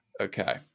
Okay